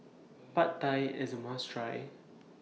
Pad Thai IS A must Try